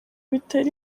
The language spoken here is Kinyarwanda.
bitera